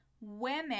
women